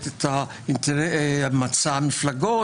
את המצע של המפלגות,